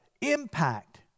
impact